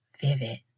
Vivid